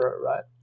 right